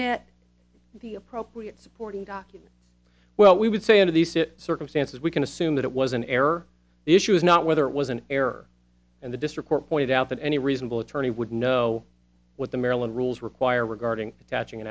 submit the appropriate supporting documents well we would say into these circumstances we can assume that it was an error the issue is not whether it was an error and the district court pointed out that any reasonable attorney would know what the maryland rules require regarding attaching